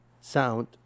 sound